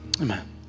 amen